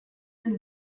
was